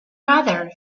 mother